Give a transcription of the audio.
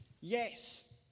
yes